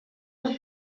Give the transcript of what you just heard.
los